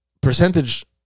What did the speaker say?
percentage